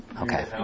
Okay